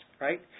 right